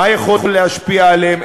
מה יכול להשפיע עליהם.